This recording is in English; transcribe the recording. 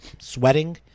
sweating